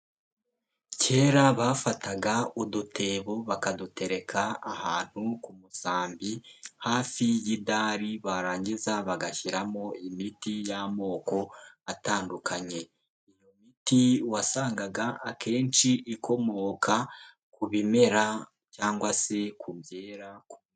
Kera bafataga udutebo bakadutereka ahantu ku musambi hafi y'idari, barangiza bagashyiramo imiti y'amoko atandukanye. Imiti wasangaga akenshi ikomoka ku bimera cyangwa se ku byera.